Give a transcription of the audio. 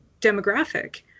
demographic